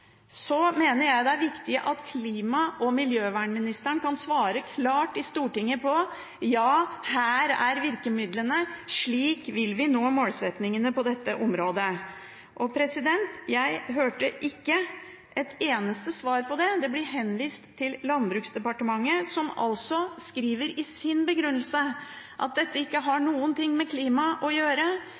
så avgjørende for at vi skal nå målsettingene på dette området, mener jeg det er viktig at klima- og miljøvernministeren kan svare klart i Stortinget: Ja, her er virkemidlene, slik vil vi nå målsettingene på dette området. Jeg fikk ikke et eneste svar på det. Det ble henvist til Landbruksdepartementet, som altså skriver i sin begrunnelse at dette ikke har noe med klima å gjøre